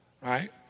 right